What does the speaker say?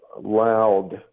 loud